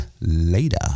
later